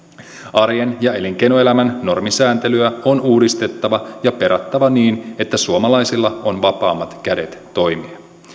arjen ja elinkeinoelämän normisääntelyä on uudistettava ja perattava niin että suomalaisilla on vapaammat kädet toimia